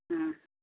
ம்